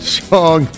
song